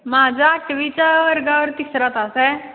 माझा आठवीच्या वर्गावर तिसरा तास आहे